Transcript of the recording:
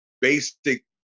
basic